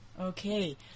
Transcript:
Okay